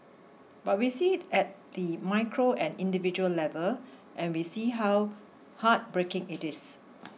but we see it at the micro and individual level and we see how heartbreaking it is